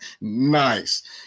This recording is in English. nice